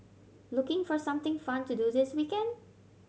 looking for something fun to do this weekend